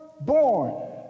born